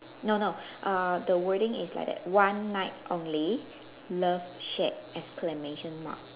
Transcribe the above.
no no err the wording is like that one night only love shack exclamation mark